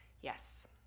Yes